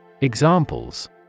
Examples